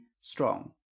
strong